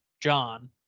John